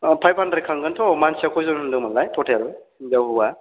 ओ five hundred खांगोनथ' मानसिया खयजोन होनदोंमोनलाय टटेल हिनजाव हौवा